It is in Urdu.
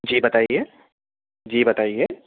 جی بتائیے جی بتائیے